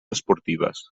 esportives